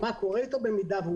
מה קורה אתו אם יאושר.